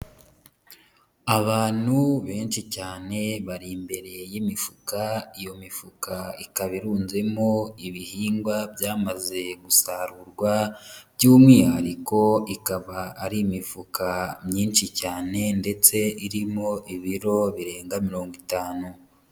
Abantu benshi cyane bari imbere y'imifuka, iyo mifuka ikaba irunzemo ibihingwa byamaze gusarurwa, by'umwihariko ikaba ari imifuka myinshi cyane ndetse irimo ibiro birenga mirongo itanu.